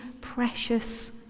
precious